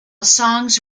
songs